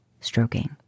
stroking